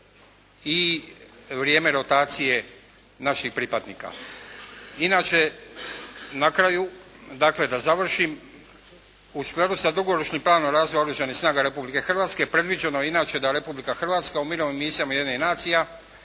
i vrijeme rotacije naših pripadnika. Inače, na kraju dakle da završim u skladu sa dugoročnim planom razvoja oružanih snaga Republike Hrvatske predviđeno je inače da Republika Hrvatska u mirovnim misijama Ujedinjenih nacija